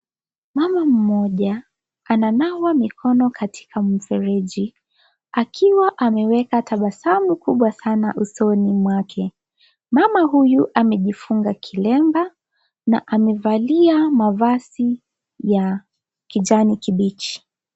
Mama mmoja, ananawa mikono katikati mfereji, akiwa ameweka tabasamu kubwa sana usoni mwake. Mama huyu, amejifunga kilemba na amevalia mavazi ya kijani kibichi.